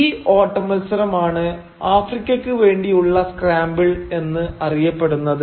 ഈ ഓട്ടമത്സരമാണ് ആഫ്രിക്കയ്ക്ക് വേണ്ടിയുള്ള സ്ക്രാമ്പിൾ എന്ന് അറിയപ്പെടുന്നത്